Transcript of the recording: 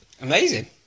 amazing